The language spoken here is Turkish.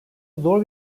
zor